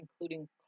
including